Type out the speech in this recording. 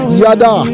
yada